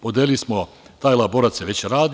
Podelili smo, taj elaborat se već radi.